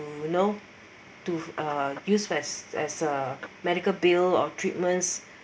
you know to uh use as as uh medical bill or treatments